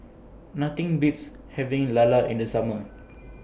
Nothing Beats having Lala in The Summer